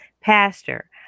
pastor